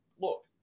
look